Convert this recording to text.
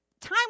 time